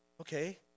okay